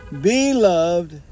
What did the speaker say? Beloved